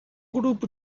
grupo